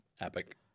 Epic